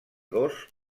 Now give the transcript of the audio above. dos